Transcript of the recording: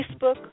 Facebook